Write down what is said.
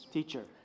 Teacher